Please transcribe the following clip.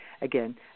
again